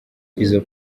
izo